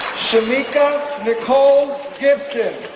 shamika nicole gibson,